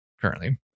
currently